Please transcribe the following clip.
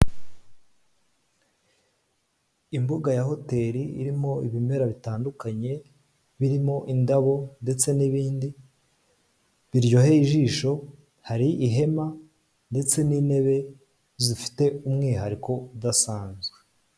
Imbuga ya hoteli irimo ibimera bitandukanye birimo: indabo ndetse n'ibindi biryoheye ijisho, hari ihema ndetse n'intebe zifite umwihariko udasanzwe.